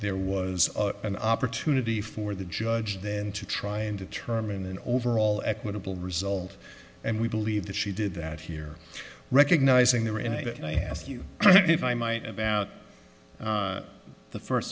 there was an opportunity for the judge then to try and determine an overall equitable result and we believe that she did that here recognizing there and i asked you if i might about the first